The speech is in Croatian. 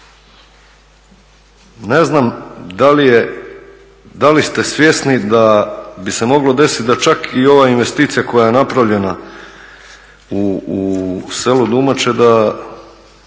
Ne znam da li ste svjesni da bi se moglo desiti da čak i ova investicija koja je napravljena u selu … da